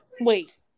wait